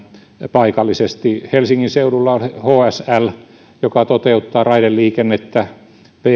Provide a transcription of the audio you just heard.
paikallisesti helsingin seudulla on hsl joka toteuttaa raideliikennettä vr